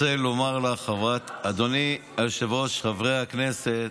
אדוני היושב-ראש, חברי הכנסת,